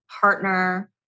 partner